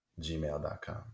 gmail.com